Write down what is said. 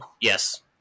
Yes